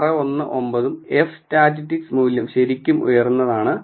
619 ഉം f statistic മൂല്യം ശരിക്കും ഉയർന്നതും അത് 68